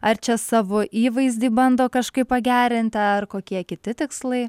ar čia savo įvaizdį bando kažkaip pagerint ar kokie kiti tikslai